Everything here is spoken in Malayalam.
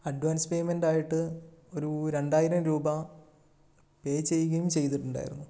അഡ്വാൻസ് പെയ്മെൻറ് ആയിട്ട് ഒരു രണ്ടായിരം രൂപ പേ ചെയ്യുകേം ചെയ്തിട്ടുണ്ടായിരുന്നു